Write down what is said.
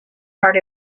part